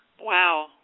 Wow